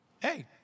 hey